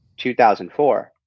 2004